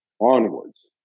onwards